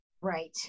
Right